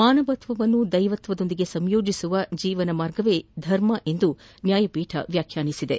ಮಾನವತ್ವವನ್ನು ದೈವತ್ವವೊಂದಿಗೆ ಸಂಯೋಜಿಸುವ ಜೀವನಮಾರ್ಗವೇ ಧರ್ಮ ಎಂದು ನ್ಗಾಯಪೀಠ ವ್ಲಾಖ್ಯಾನಿಸಿದೆ